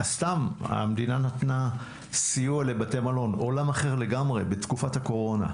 המדינה נתנה סיוע לבתי מלון עולם אחר לגמרי בתקופת הקורונה.